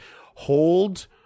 hold